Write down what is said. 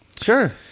Sure